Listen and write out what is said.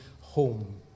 home